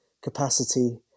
capacity